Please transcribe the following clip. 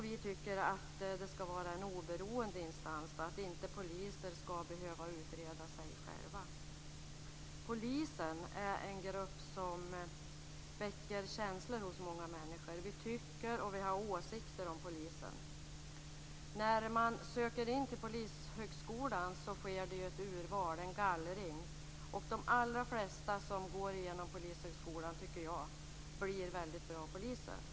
Vi tycker att det skall vara en oberoende instans och att poliser inte skall behöva utreda sig själva. Polisen är en grupp som väcker känslor hos många människor. Vi tycker och har åsikter om polisen. När man söker in till Polishögskolan sker ju ett urval, en gallring, och de allra flesta som går igenom Polishögskolan tycker jag blir väldigt bra poliser.